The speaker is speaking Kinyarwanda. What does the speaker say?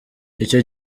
icyo